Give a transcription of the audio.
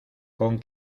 con